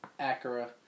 Acura